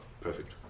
perfect